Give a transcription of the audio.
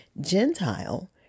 Gentile